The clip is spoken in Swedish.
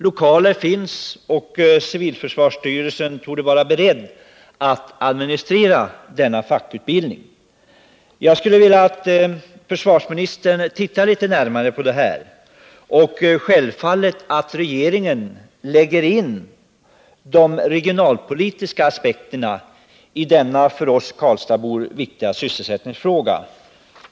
Lokaler finns, och civilförsvarsstyrelsen torde vara beredd att administrera denna fackutbildning. Jag skulle vilja att försvarsministern tittade litet närmare på detta och att regeringen självfallet lägger regionalpolitiska aspekter på denna för oss karlstadsbor så viktiga sysselsättningsfråga.